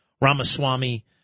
Ramaswamy